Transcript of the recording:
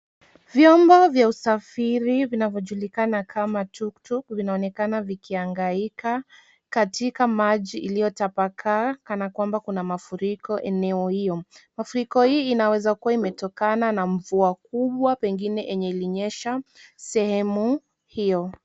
Vyombo vya usafiri vinavyojulikana kama tuktuk vinaonekana vikihangaika katika maji iliyotapakaa kana kwamba kuna mafuriko eneo hiyo. Mafuriko hiyo inaweza kuwa imetokana na mvua kubwa, pengine yenye ilinyesha sehemu hiyo.